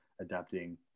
adapting